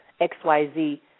XYZ